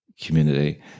community